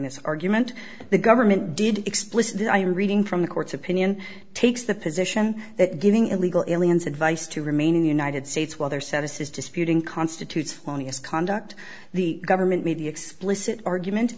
this argument the government did explicitly i am reading from the court's opinion takes the position that giving illegal indians advice to remain in the united states whether satis is disputing constitutes funniest conduct the government made the explicit argument